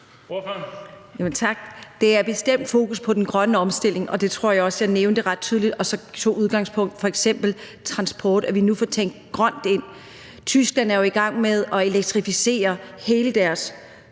Der er bestemt fokus på den grønne omstilling, og det tror jeg også jeg nævnte ret tydeligt, og så tog jeg udgangspunkt i f.eks. transport, og at vi får tænkt det grønne ind. Tyskland er jo i gang med at elektrificere hele deres